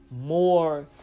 more